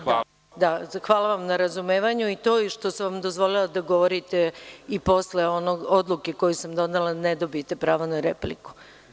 Hvala vam na razumevanju i što sam vam dozvolila da govorite i posle one odluke koju sam donela da ne dobijete pravo na repliku.